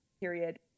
period